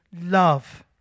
love